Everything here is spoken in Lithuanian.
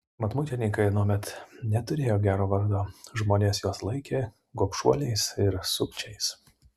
mat muitininkai anuomet neturėjo gero vardo žmonės juos laikė gobšuoliais ir sukčiais